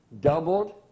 doubled